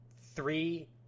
three